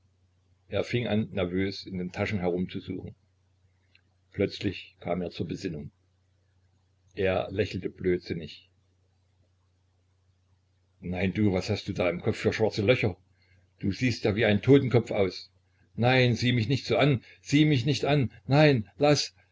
er fing an nervös in den taschen herumzusuchen plötzlich kam er zur besinnung er lächelte blödsinnig nein du was hast du da im kopf für schwarze löcher du siehst ja wie ein totenkopf aus nein sieh mich nicht so an sieh mich nicht an nein laß